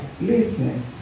Listen